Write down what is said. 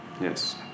Yes